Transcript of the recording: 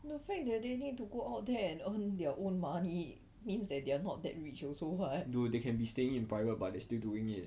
dude they can be staying in private but they still doing it